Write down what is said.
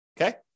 Okay